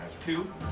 two